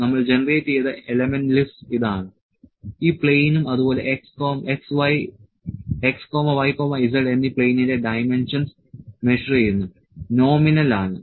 നമ്മൾ ജനറേറ്റ് ചെയ്ത element list ഇതാണ് ഈ പ്ലെയിനും അതുപോലെ X Y Z എന്നീ പ്ലെയിനിന്റെ ഡൈമെൻഷൻസ് മെഷർ ചെയ്യുന്നു നോമിനൽ ആണ്